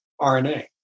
RNA